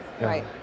Right